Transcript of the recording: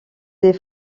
des